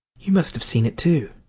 you must have seen it too.